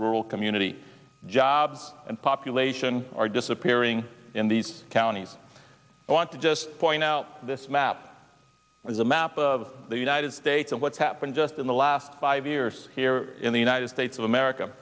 rural community jobs and population are disappearing in these counties i want to just point out this map is a map of the united states of what's happened just in the last five years here in the united states of america